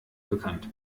bekannt